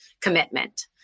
commitment